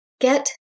get